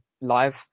live